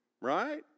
Right